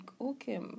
okay